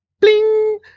Bling